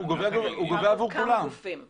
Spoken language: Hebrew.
הוא לא גובה עבור גופים פרטיים.